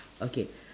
okay